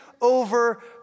Over